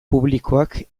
publikoak